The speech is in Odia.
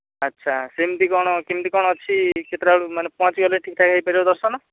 ଆଚ୍ଛା ସେମିତି କ'ଣ କେମିତି କ'ଣ ଅଛି କେତେଟା ବେଳକୁ ମାନେ ପହଞ୍ଚି ଗଲେ ଠିକ୍ଠାକ୍ ହୋଇପାରିବ ଦର୍ଶନ